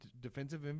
defensive